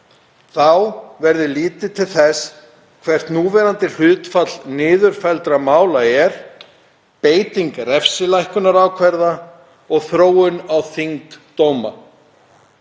Þá verði litið til þess hvert núverandi hlutfall niðurfelldra mála er, beiting refsilækkunarákvæða og þróun á þyngd dóma.